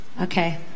Okay